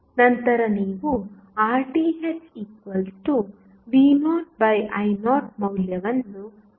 ನಂತರ ನೀವು RTh v0 i0 ಮೌಲ್ಯವನ್ನು ಪಡೆಯುತ್ತೀರಿ